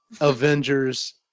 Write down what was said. Avengers